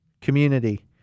community